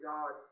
God